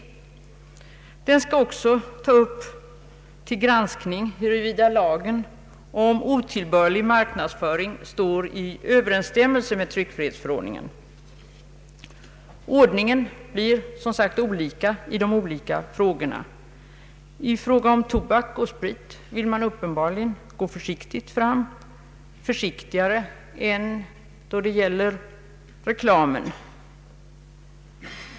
Utredningen skall också ta upp till granskning huruvida lagen om otillbörlig marknadsföring står i överensstämmelse med tryckfrihetsförordningen. Ordningen i utredningsförfarandet är alltså olika för de två frågorna. I fråga om reklamförbud för tobak och sprit vill man uppenbarligen gå försiktigt fram, försiktigare än i fråga om en lag mot otillbörlig marknadsföring.